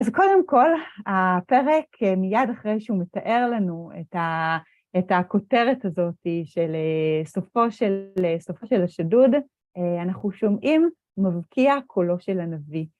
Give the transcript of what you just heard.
אז קודם כל, הפרק מיד אחרי שהוא מתאר לנו את הכותרת הזאת של סופו של השדוד, אנחנו שומעים מבקיע קולו של הנביא.